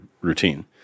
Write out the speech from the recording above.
routine